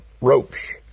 ropes